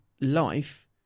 life